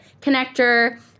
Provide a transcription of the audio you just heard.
connector